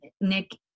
Nick